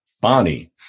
Bonnie